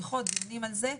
היו כבר שיחות ודיונים על זה.